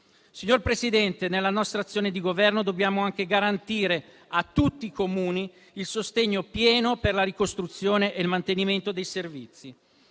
Signor Presidente, nella nostra azione di Governo dobbiamo anche garantire a tutti i Comuni il sostegno pieno per la ricostruzione e il mantenimento dei servizi.